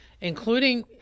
including